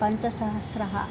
पञ्चसहस्रं